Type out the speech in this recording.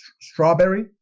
strawberry